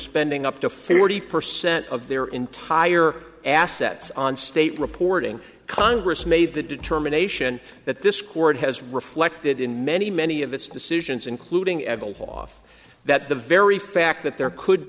spending up to forty percent of their entire assets on state reporting congress made the determination that this court has reflected in many many of its decisions including adult off that the very fact that there could